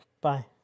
Bye